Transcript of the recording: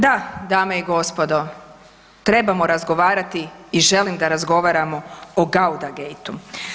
Da, dame i gospodo, trebamo razgovarati i želim da razgovaramo o Gauda gateu.